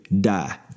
die